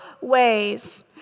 ways